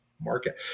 market